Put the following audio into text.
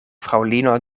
fraŭlino